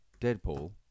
Deadpool